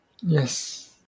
Yes